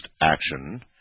action